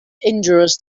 injurious